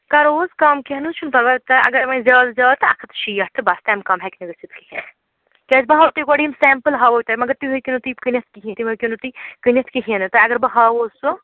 کَرہوس کم کیٚنٛہہ نہ حظ چھُنہٕ پرواے اگر وَنۍ زیادٕ زیادٕ تہٕ اکھ ہتھ تہٕ شیٹھ تہٕ بس تَمہِ کَم ہٮ۪کہِ نہٕ گٔژھِتھ کیٚنٛہہ کیٛازِ بہٕ ہاو تُہۍ گۄڈٕ یِم سٮ۪مپٕل ہاہو تُہۍ مگر تُہۍ ہیکِو نہٕ تیٖت کٕنِتھ کِہیٖنۍ تِم ہیٚکِو نہٕ تُہۍ کٕنِتھ کِہیٖنۍ نہٕ تہٕ اگر بہٕ ہاہو سُہ